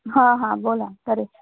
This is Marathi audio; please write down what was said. हां हां बोला तच